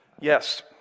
Yes